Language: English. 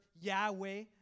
Yahweh